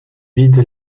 vide